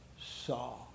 saw